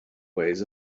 ways